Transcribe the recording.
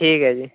ਠੀਕ ਹੈ ਜੀ